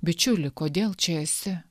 bičiuli kodėl čia esi